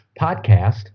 podcast